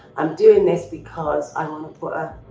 i'm doing this because i want to put a